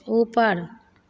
ऊपर